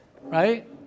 right